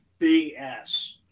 BS